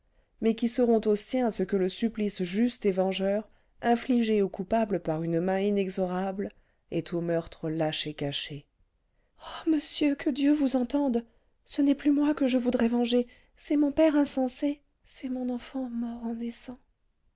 mais qui seront aux siens ce que le supplice juste et vengeur infligé au coupable par une main inexorable est au meurtre lâche et caché ah monsieur que dieu vous entende ce n'est plus moi que je voudrais venger c'est mon père insensé c'est mon enfant mort en naissant